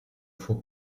faut